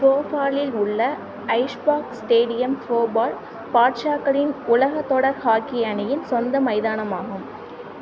போபாலில் உள்ள ஐஷ்பாக் ஸ்டேடியம் போபால் பாட்ஷாக்களின் உலகத் தொடர் ஹாக்கி அணியின் சொந்த மைதானமாகும்